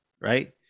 Right